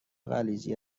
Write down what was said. غلیظی